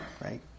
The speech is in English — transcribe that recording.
Right